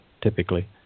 typically